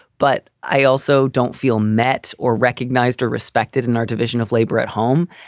but i also don't feel met or recognized or respected in our division of labor at home.